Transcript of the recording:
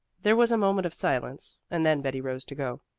there was a moment of silence, and then betty rose to go.